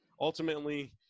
ultimately